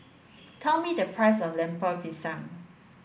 tell me the price of Lemper Pisang